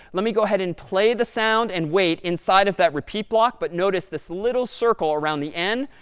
let me go ahead and play the sound and wait inside of that repeat block, but notice this little circle around the end.